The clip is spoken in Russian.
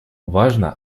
важно